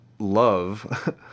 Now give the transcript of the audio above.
Love